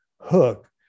hook